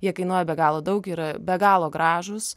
jie kainuoja be galo daug yra be galo gražūs